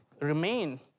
remain